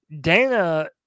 Dana